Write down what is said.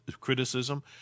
criticism